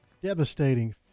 devastating